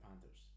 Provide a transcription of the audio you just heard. Panthers